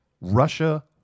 Russia